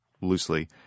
loosely